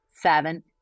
Seven